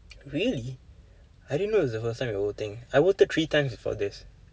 really I didn't know this was the first time you were voting I voted three times before this